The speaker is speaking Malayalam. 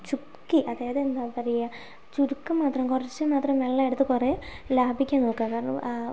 ചുരുക്കി അതായത് എന്താ പറയുക ചുരുക്കം മാത്രം കുറച്ചു മാത്രം വെള്ളം എടുത്ത് കുറേ ലാഭിക്കാൻ നോക്കുക കാരണം